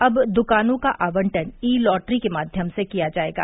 अब दुकानों का आवंटन ई लॉटरी के माध्यम से किया जाएगा